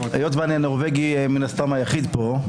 היות שאני הנורבגי היחיד פה מן הסתם.